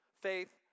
faith